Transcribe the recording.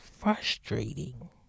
frustrating